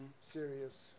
serious